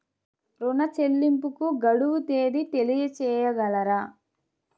ఋణ చెల్లింపుకు గడువు తేదీ తెలియచేయగలరా?